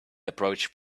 approach